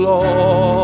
Lord